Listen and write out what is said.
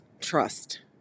trust